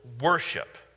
worship